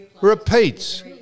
Repeats